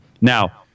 Now